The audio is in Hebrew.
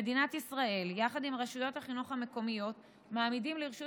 מדינת ישראל ורשויות החינוך המקומיות מעמידים לרשות